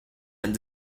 and